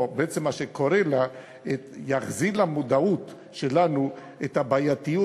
או בעצם מה שקורה לה יחזיר למודעות שלנו את הבעייתיות